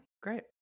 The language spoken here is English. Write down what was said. great